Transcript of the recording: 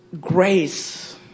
grace